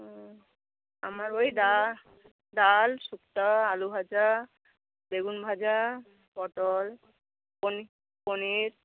ওহ আমার ওই ডা ডাল শুক্তো আলুভাজা বেগুনভাজা পটল পনি পনির